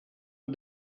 und